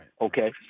Okay